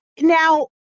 now